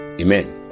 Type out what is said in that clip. Amen